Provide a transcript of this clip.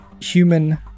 human